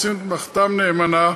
עושים את מלאכתם נאמנה,